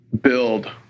build